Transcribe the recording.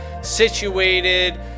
situated